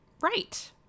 right